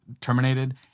terminated